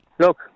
Look